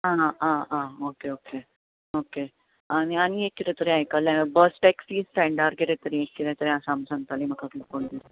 आं आं आं ओके ओके ओके ओके आनी आनी एक कितें तरी आयकल्लें हांवें बस टैक्सी स्टैडार किरें तरी कितें तरी आसा म्हण सांगताली म्हाका कोण तरी